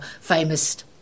famous